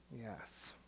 Yes